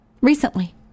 recently